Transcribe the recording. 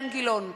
(קוראת בשמות חברי הכנסת) אילן גילאון,